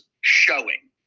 showing